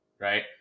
right